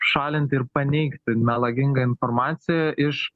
šalinti ir paneigti melagingą informaciją iš